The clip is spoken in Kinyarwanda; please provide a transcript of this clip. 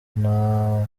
nta